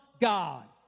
God